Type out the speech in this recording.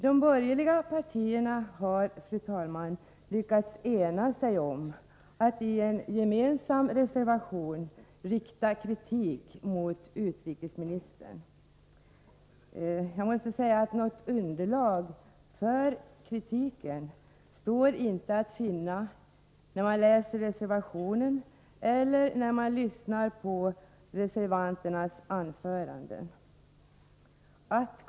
De borgerliga partierna har lyckats ena sig om att i en gemensam reservation rikta kritik mot utrikesministern. Jag måste säga att något underlag för denna kritik inte står att finna när man läser reservationen eller när man lyssnar på reservanternas anföranden.